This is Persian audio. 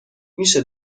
میشه